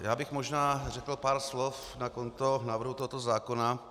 Já bych možná řekl pár slov na konto návrhu tohoto zákona.